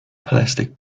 plastic